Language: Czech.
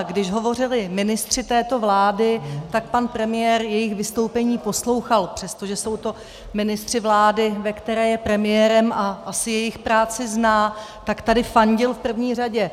Když hovořili ministři této vlády, tak pan premiér jejich vystoupení poslouchal, přestože jsou to ministři vlády, ve které je premiérem, a asi jejich práci zná, tak tady fandil v první řadě.